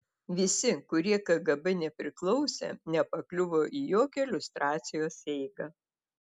visi kurie kgb nepriklausė nepakliuvo į jokią liustracijos eigą